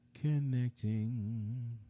connecting